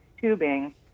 tubing